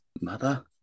Mother